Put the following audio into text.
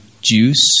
juice